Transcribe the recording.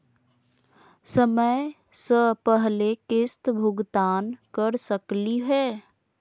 समय स पहले किस्त भुगतान कर सकली हे?